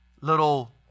little